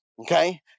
okay